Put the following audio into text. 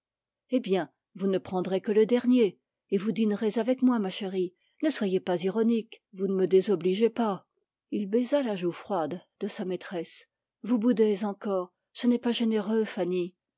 eh bien vous ne prendrez que le dernier et vous dînerez avec moi ma chérie ne soyez pas ironique vous ne me désobligez pas il baisa la joue froide de sa maîtresse vous boudez encore ce n'est pas généreux fanny